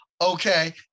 okay